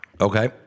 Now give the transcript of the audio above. Okay